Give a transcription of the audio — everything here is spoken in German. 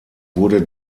wurde